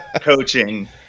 coaching